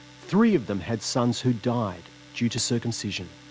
three of them had sons who died due to circumcision.